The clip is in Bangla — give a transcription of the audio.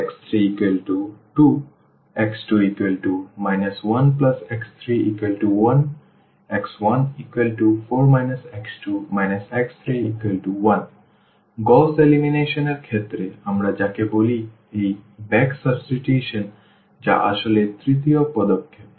x32 x2 1x31 x14 x2 x31 Gauss elimination এর ক্ষেত্রে আমরা যাকে বলি এই ব্যাক সাবস্টিটিউশন যা আসলে তৃতীয় পদক্ষেপ